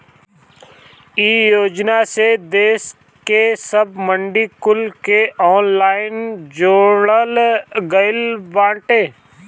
इ योजना से देस के सब मंडी कुल के ऑनलाइन जोड़ल गईल बाटे